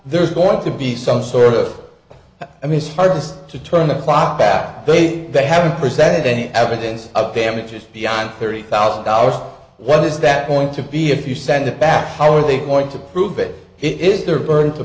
there's going to be some sort of i mean it's hardest to turn the clock back they haven't presented any evidence of damages beyond thirty thousand dollars what is that going to be if you send it back how are they going to prove it it is their burden to